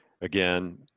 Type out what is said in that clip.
again